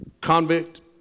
convict